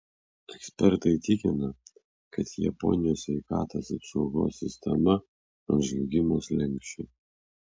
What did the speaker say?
ekspertai tikina kad japonijos sveikatos apsaugos sistema ant žlugimo slenksčio